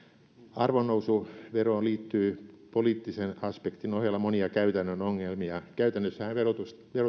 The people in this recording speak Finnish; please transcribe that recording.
arvonnousuveroon liittyy poliittisen aspektin ohella monia käytännön ongelmia käytännössähän vero